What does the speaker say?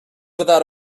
without